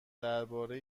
درباره